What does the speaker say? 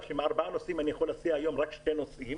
שבמקום ארבעה נוסעים אני יכול להסיע היום רק שני נוסעים.